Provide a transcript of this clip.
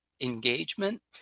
engagement